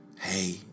Hey